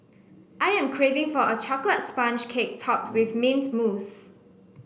I am craving for a chocolate sponge cake topped with mint mousse